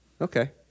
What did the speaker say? Okay